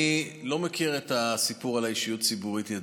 אני לא מכיר את הסיפור על האישיות הציבורית ידועה.